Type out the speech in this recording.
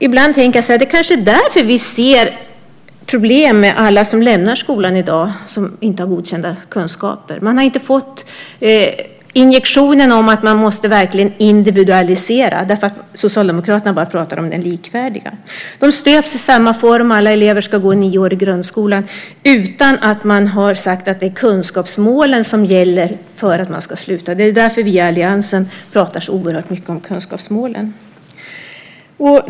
Ibland tänker jag att det kanske är därför vi ser problemet med alla som i dag lämnar skolan utan att ha godkända kunskaper: Man har inte fått injektionen att man verkligen måste individualisera, för Socialdemokraterna pratar bara om det likvärdiga. Alla elever stöps i samma form och ska gå nio år i grundskolan utan att man har sagt att det är kunskapsmålen som gäller för när de ska sluta. Det är därför vi i alliansen pratar så oerhört mycket om kunskapsmålen.